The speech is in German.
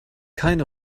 keine